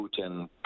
Putin